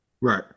Right